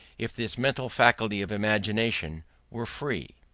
if this mental faculty of imagination were free.